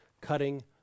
cutting